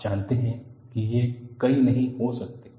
आप जानते है की ये कई नहीं हो सकते